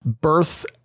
birth